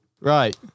right